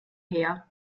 her